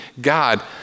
God